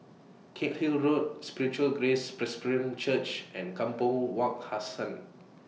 Cairnhill Road Spiritual Grace Presbyterian Church and Kampong Wak Hassan